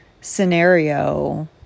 scenario